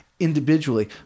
Individually